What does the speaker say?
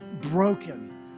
broken